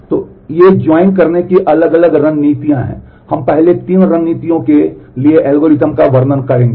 तो ये जॉइन करने की अलग अलग रणनीतियाँ हैं हम पहले तीन रणनीतियों के लिए एल्गोरिदम का वर्णन करेंगे